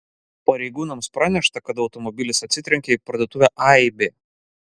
pareigūnams pranešta kad automobilis atsitrenkė į parduotuvę aibė